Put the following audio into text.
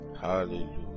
hallelujah